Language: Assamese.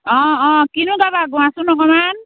অঁ অঁ কিনো গাবা গোৱাচোন অকণমান